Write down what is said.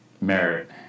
merit